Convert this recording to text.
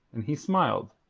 and he smiled,